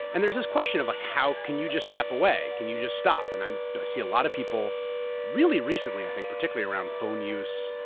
and there's this question of like, how can you just step away? can you just stop? and i see a lot of people really recently, i think, particularly around phone use.